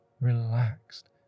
relaxed